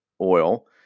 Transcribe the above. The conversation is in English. oil